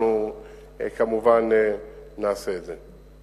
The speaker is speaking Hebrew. אנחנו כמובן נעשה את זה.